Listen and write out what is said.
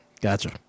Gotcha